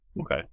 Okay